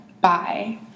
bye